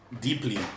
deeply